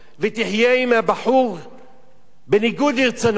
ותחיה עם בחור בניגוד לרצונו,